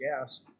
Gas